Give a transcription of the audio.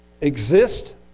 exist